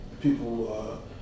people